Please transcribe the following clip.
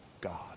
God